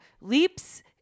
leaps